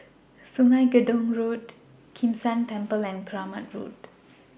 Sungei Gedong Road Kim San Temple and Keramat Road